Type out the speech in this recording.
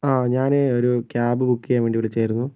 ആ ഞാനേ ഒരു ക്യാബ് ബുക്ക് ചെയ്യാൻ വേണ്ടി വിളിച്ചതായിരുന്നു